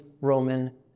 Roman